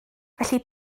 felly